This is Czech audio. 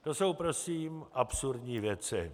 To jsou prosím absurdní věci.